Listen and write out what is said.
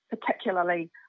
particularly